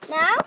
Now